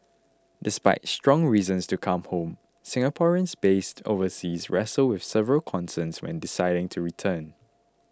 despite strong reasons to come home Singaporeans based overseas wrestle with several concerns when deciding to return